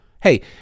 Hey